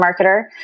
marketer